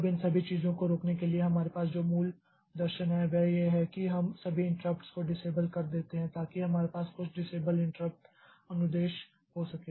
अब इन सभी चीजों को रोकने के लिए हमारे पास जो मूल दर्शन है वह यह है कि हम सभी इंटराप्ट्स को डिसेबल कर देते हैं ताकि हमारे पास कुछ डिसेबल इंट्रप्ट अनुदेश हो सके